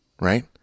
right